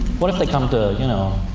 what if they come to, you know,